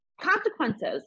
consequences